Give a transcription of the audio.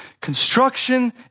Construction